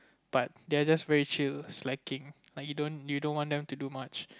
but they are just very chill slacking like you don't you don't want them to do much